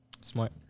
Smart